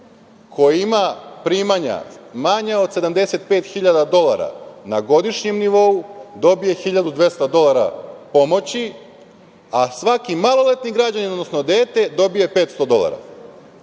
koji ima primanja manja od 75.000 dolara na godišnjem nivou dobije 1.200 dolara pomoći, a svaki maloletni građanin, odnosno dete, dobije 500 dolara,